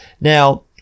Now